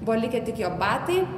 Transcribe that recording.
buvo likę tik jo batai